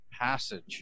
passage